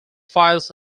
files